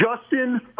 Justin